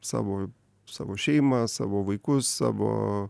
savo savo šeimą savo vaikus savo